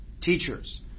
teachers